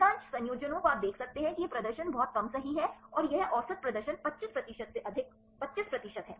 अधिकांश संयोजनों को आप देख सकते हैं कि यह प्रदर्शन बहुत कम सही है और यहां यह औसत प्रदर्शन 25 प्रतिशत से अधिक 25 प्रतिशत है